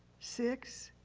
six,